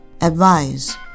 advise